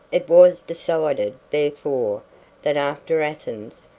it was decided, therefore, that after athens,